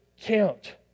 count